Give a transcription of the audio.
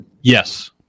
Yes